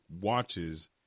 watches